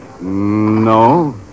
No